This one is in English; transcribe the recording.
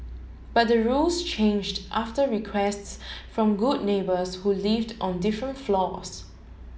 but the rules changed after requests from good neighbours who lived on different floors